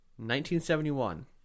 1971